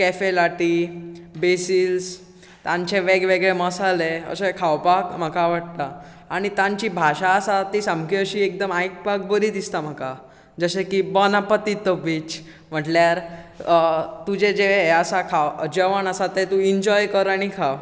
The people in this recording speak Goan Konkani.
कॅफे लाटी बेसील्स तांचे वेगवेगळे मसाले अशें खावपाक म्हाका आवडटा आनी तांची भाशा आसा ती सामकी अशी एकदम आयकपाक बरी दिसता म्हाका जशें की बॉनापतीथोबीच म्हटल्यार तुजे जे हे खावप जेवण आसा ते तूं इंज्योय कर आनी खा